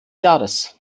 jahres